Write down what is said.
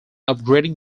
upgrading